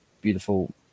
beautiful